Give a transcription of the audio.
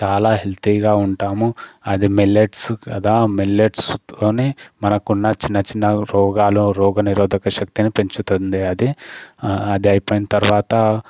చాలా హెల్తీగా ఉంటాము అది మిల్లెట్స్ కదా మిల్లెట్స్ అని మనకు ఉన్న చిన్న చిన్న రోగాలు రోగనిరోధకశక్తిని పెంచుతుంది అది అది అయిపోయిన తర్వాత